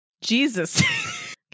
Jesus